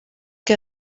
que